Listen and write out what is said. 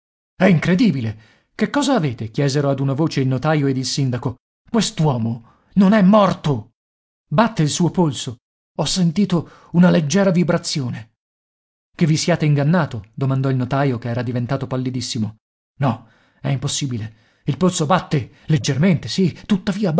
è incredibile che cosa avete chiesero ad una voce il notaio ed il sindaco quest'uomo non è morto batte il suo polso ho sentito una leggera vibrazione che vi siate ingannato domandò il notaio che era diventato pallidissimo no è impossibile il polso batte leggermente sì tuttavia